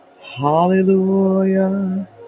hallelujah